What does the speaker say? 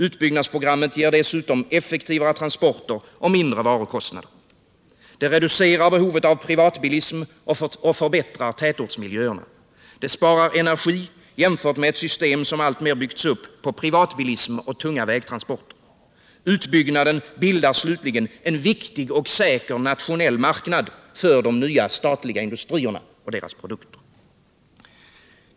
Utbyggnadsprogrammet ger dessutom effektivare transporter och lägre varukostnader. Det reducerar behovet av privatbilism och förbättrar tätortsmiljöerna. Det sparar energi jämfört med ett system som alltmer har byggts upp på privatbilism och tunga vägtransporter. Utbyggnaden bildar slutligen en viktig och säker nationell marknad för de nya statliga industrierna och deras produkter.